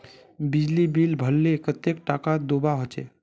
बिजली बिल भरले कतेक टाका दूबा होचे?